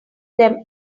them